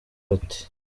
bati